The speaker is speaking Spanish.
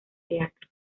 teatro